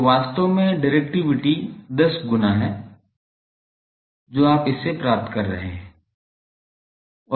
तो वास्तव में डिरेक्टिविटी 10 गुना है जो आप इससे प्राप्त कर रहे हैं